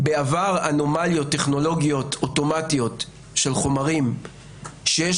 בעבר אנומליות טכנולוגיות אוטומטיות של חומרים שיש